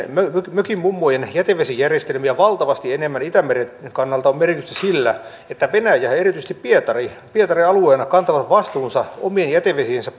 mökinmummojen jätevesijärjestelmiä valtavasti enemmän itämeren kannalta on merkitystä sillä että venäjä erityisesti pietari alueena kantaa vastuunsa omien jätevesiensä